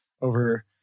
over